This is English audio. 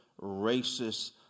racist